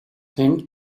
him